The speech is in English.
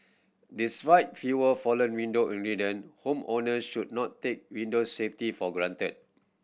despite fewer fallen window homeowner should not take window safety for granted